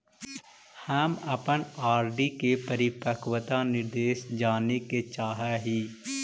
हम अपन आर.डी के परिपक्वता निर्देश जाने के चाह ही